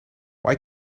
why